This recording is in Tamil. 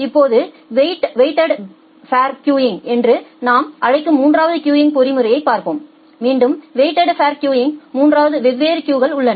இப்போது வெயிட்டெட் ஃபோ் கியூங் என நாம் அழைக்கும் மூன்றாவது கியூங் பொறிமுறையைப் பார்ப்போம் மீண்டும் வெயிட்டெட் ஃபோ் கியூங்யில் 3 வெவ்வேறு கியூகள் உள்ளன